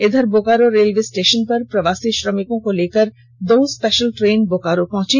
इधर Bokaro railway station पर प्रवार्सी श्रमिकों को लेकर दो स्पेषल ट्रेन बोकारो पहुंची